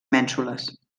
mènsules